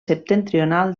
septentrional